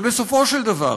ובסופו של דבר,